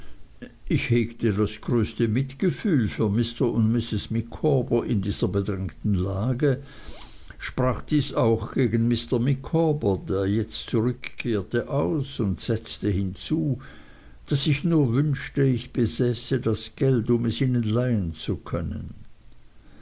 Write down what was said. ich hegte das größte mitgefühl für mr und mrs micawber in dieser bedrängten lage sprach dies auch gegen mr micawber der jetzt zurückkehrte aus und setzte hinzu daß ich nur wünschte ich besäße das geld um es ihnen leihen zu können